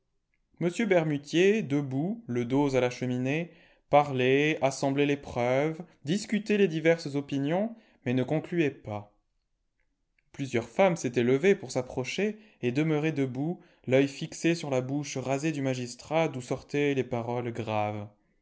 m bermutier debout le dos à la cheminée parlait assemblait les preuves discutait les diverses opinions mais ne concluait pas plusieurs femmes s'étaient levées pour s'approcher et demeuraient debout l'œil fixé sur la bouche rasée du magistrat d'où sortaient les paroles graves